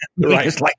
Right